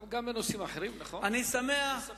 גם בנושאים אחרים, נכון.